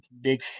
big